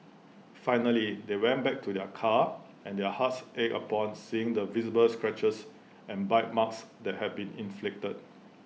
finally they went back to their car and their hearts ached upon seeing the visible scratches and bite marks that had been inflicted